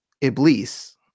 Iblis